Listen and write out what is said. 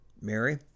Mary